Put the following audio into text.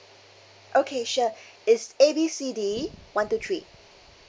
okay sure it's A B C D one two three